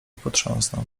potrząsnął